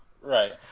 Right